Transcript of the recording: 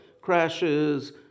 crashes